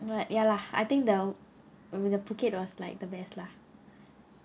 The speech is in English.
but ya lah I think the when in the phuket was like the best lah